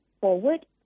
forward